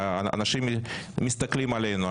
אנשים מסתכלים עלינו,